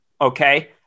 Okay